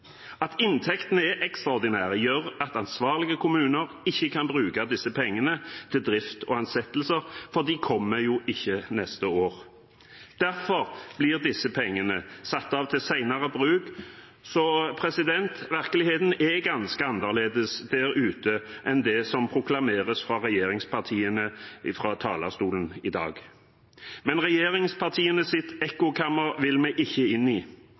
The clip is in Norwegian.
At inntektene er ekstraordinære, gjør at ansvarlige kommuner ikke kan bruke disse pengene til drift og ansettelser, for de kommer jo ikke neste år. Derfor blir disse pengene satt av til senere bruk. Så virkeligheten er ganske annerledes der ute enn det som proklameres fra regjeringspartiene fra talerstolen i dag. Men regjeringspartienes ekkokammer vil vi ikke inn i.